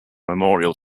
memorial